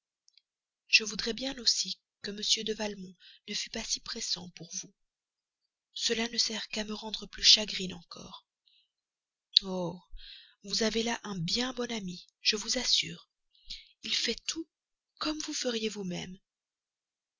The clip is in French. je voudrais bien aussi que m de valmont ne fût pas si pressant pour vous cela ne sert qu'à me rendre plus chagrine encore oh vous avez là un bien bon ami je vous assure il fait tout comme vous feriez vous-même